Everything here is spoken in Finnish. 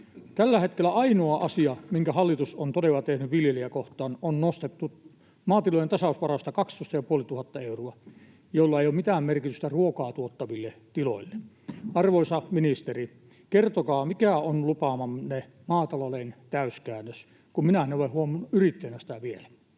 Tällä hetkellä ainoa asia, minkä hallitus on todella tehnyt viljelijää kohtaan: on nostettu maatilojen tasausvarasta 12,5 tuhatta euroa, jolla ei ole mitään merkitystä ruokaa tuottaville tiloille. Arvoisa ministeri, kertokaa, mikä on lupaamanne maatalouden täyskäännös, kun minä en ole huomannut yrittäjänä sitä vielä.